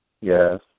yes